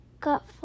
got